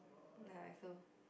ya so